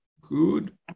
Good